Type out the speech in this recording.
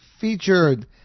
featured